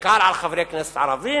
בעיקר על חברי כנסת ערבים,